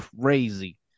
crazy